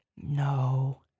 No